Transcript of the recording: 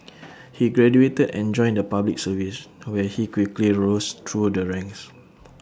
he graduated and joined the Public Service where he quickly rose through the ranks